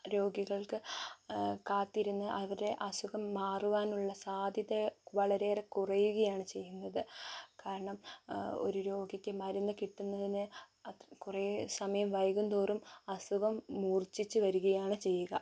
രോഗികൾക്ക് കാത്തിരുന്ന് അവരുടെ അസുഖം മാറുവാനുള്ള സാധ്യത വളരെയേറെ കുറയുകയാണ് ചെയ്യുന്നത് കാരണം ഒരു രോഗിക്ക് മരുന്ന് കിട്ടുന്നതിന് അത് കുറെ സമയം വൈകുന്തോറും അസുഖം മൂർച്ഛിച്ച് വരികയാണ് ചെയ്യുക